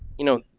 you know,